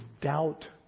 doubt